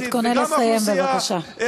תתכונן לסיים בבקשה.